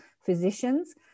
physicians